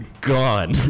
gone